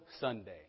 Sunday